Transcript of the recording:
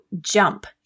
jump